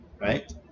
right